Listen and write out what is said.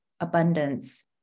abundance